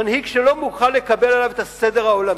מנהיג שלא מוכן לקבל את הסדר העולמי.